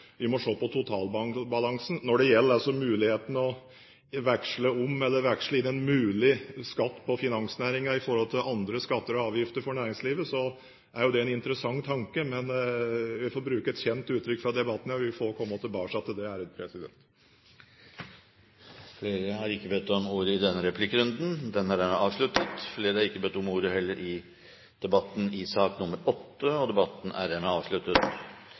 vi må se på totalbalansen. Når det gjelder muligheten til å veksle om eller veksle inn en mulig skatt for finansnæringen i forhold til andre skatter og avgifter for næringslivet, er jo det en interessant tanke, men jeg får bruke et kjent uttrykk fra debatten her: Vi får komme tilbake igjen til det. Replikkordskiftet er dermed omme. Flere har ikke bedt om ordet til sak nr. 8. Dette er sannsynligvis den verste debatten jeg har